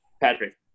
Patrick